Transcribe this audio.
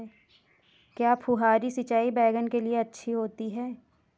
क्या फुहारी सिंचाई बैगन के लिए अच्छी होती है?